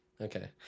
Okay